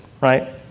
right